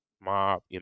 mob